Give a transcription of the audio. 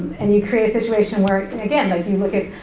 and you create a situation where, and again, like you look at,